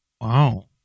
Wow